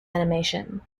animation